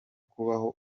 kubaho